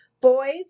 Boys